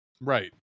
Right